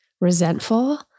resentful